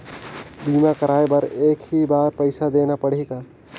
बीमा कराय बर एक ही बार पईसा देना पड़ही का?